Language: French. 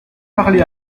parlé